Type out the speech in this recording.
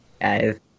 guys